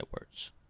words